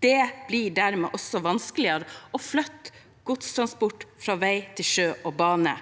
Det blir dermed også vanskeligere å flytte godstransport fra vei til sjø og bane,